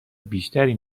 بیشتری